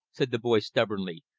said the boy stubbornly,